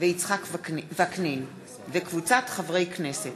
יצחק וקנין וקבוצת חברי הכנסת,